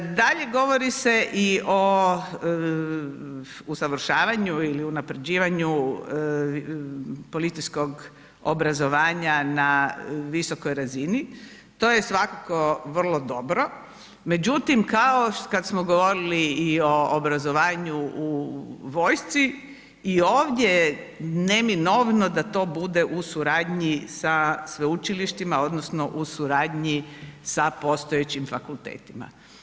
Dalje govori se i o usavršavanju ili unaprjeđivanju policijskog obrazovanja na visokoj razini, to je svakako vrlo dobro međutim kao kad smo govorili i o obrazovanju u vojsci i ovdje je neminovno da to bude u suradnji sa sveučilištima odnosno u suradnji sa postojećim fakultetima.